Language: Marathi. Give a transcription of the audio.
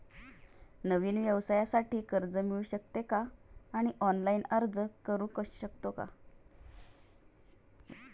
नवीन व्यवसायासाठी कर्ज मिळू शकते का आणि ऑनलाइन अर्ज करू शकतो का?